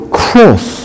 cross